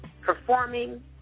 performing